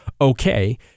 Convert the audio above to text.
okay